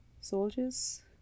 Soldiers